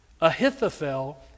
Ahithophel